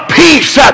peace